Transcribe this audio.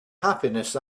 happiness